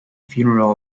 funeral